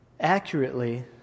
accurately